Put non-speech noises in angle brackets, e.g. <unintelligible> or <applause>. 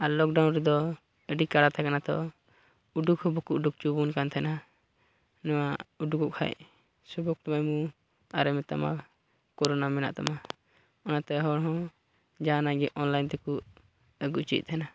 ᱟᱨ lockdown ᱨᱮᱫᱚ ᱟᱹᱰᱤ ᱠᱟᱲᱟ ᱛᱟᱦᱮᱸ ᱠᱟᱱᱟ ᱛᱚ ᱩᱰᱩᱠ ᱦᱚᱸ ᱵᱟᱠᱚ ᱩᱰᱩᱠ ᱦᱚᱪᱚᱣᱟᱵᱚᱱ ᱠᱟᱱ ᱛᱟᱦᱮᱱᱟ ᱱᱚᱣᱟ ᱩᱰᱩᱠᱚᱜ ᱠᱷᱟᱡ <unintelligible> ᱟᱨᱮ ᱢᱮᱛᱟᱢᱟ ᱠᱚᱨᱳᱱᱟ ᱢᱮᱱᱟᱜ ᱛᱟᱢᱟ ᱚᱱᱟᱛᱮ ᱦᱚᱲ ᱦᱚᱸ ᱡᱟᱦᱟᱱᱟᱜ ᱜᱮ ᱚᱱᱞᱟᱭᱤᱱ ᱛᱮᱠᱚ ᱟᱹᱜᱩ ᱦᱚᱪᱚᱭᱮᱫ ᱛᱟᱦᱮᱱᱟ